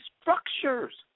structures